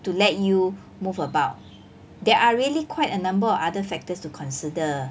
to let you move about there are really quite a number of other factors to consider